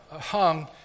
hung